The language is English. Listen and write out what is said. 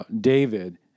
David